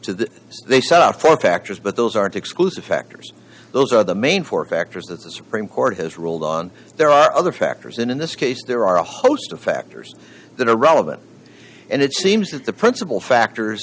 to that they set out for factors but those aren't exclusive factors those are the main four factors that the supreme court has ruled on there are other factors and in this case there are a host of factors that are relevant and it seems that the principal factors